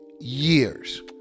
Years